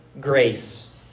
grace